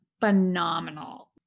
phenomenal